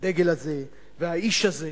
לדגל הזה ולאיש הזה,